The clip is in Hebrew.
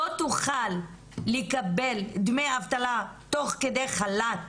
לא תוכל לקבל דמי אבטלה תוך כדי חל"ת